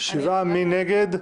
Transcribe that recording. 7 נגד,